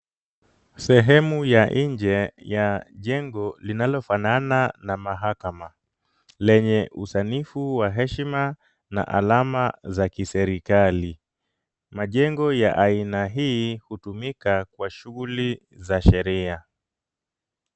Sehemu ya nje ya jengo linalofanana na mahaka, lenye usanifu wa heshima na alama za kiserikali. Majengo ya aina hii hutumika kwa shughuli za sheria.